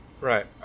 Right